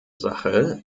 sache